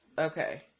okay